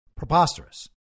Preposterous